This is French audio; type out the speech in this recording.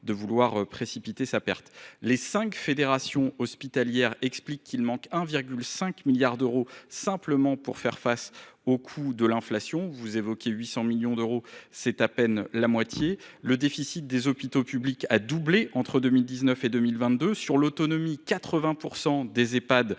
ou,, précipiter sa perte ? Les cinq fédérations hospitalières expliquent qu’il manque 1,5 milliard d’euros simplement pour faire face au coût de l’inflation. Vous évoquez un financement spécifique de 800 millions d’euros ; c’est à peine la moitié. Le déficit des hôpitaux publics a doublé entre 2019 et 2022. Sur l’autonomie, 80 % des Ehpad